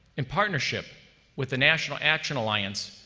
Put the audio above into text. in partnership with the national action alliance,